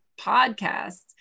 podcasts